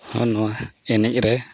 ᱢᱟᱱᱚᱣᱟ ᱮᱱᱮᱡ ᱨᱮ